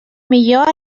millor